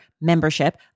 membership